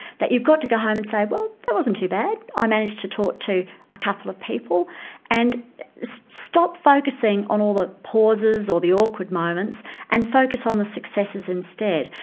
that you've got to go home and say well, that wasn't too bad, i managed to talk to a couple of people and stop focussing on all the pauses, or the awkward moments and focus on the successes instead.